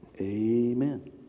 Amen